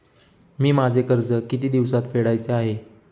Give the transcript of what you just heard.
मी माझे कर्ज किती दिवसांत फेडायचे आहे?